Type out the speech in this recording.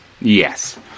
yes